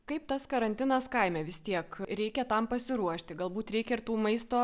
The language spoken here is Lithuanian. kaip tas karantinas kaime vis tiek reikia tam pasiruošti galbūt reikia ir tų maisto